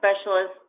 specialist